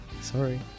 Sorry